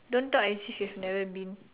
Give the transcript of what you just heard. don't talk as if you've never been